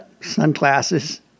sunglasses